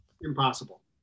impossible